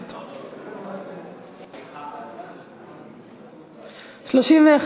(מס' 134)